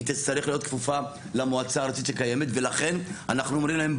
היא תצטרך להיות כפופה למועצה הארצית שקיימת ולכן אנחנו אומרים להם,